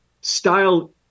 style